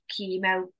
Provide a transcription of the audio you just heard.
chemo